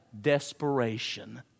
desperation